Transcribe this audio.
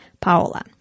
Paola